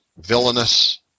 villainous